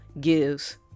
gives